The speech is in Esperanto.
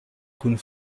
kun